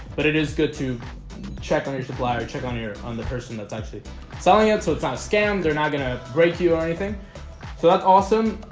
but it is good to check on your supply or check on your on the person that's actually selling it. so it's not a scam they're not gonna break you or anything. so, that's awesome